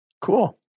Cool